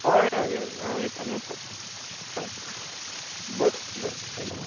हय हय हय हांव येता नो प्रॉब्लॅम आ बरें बरें थँक्यू